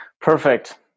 Perfect